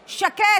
שקט,